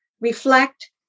reflect